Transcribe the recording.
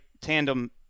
tandem